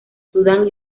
sudán